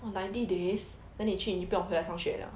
!wah! ninety days then 你去你不用回来上学了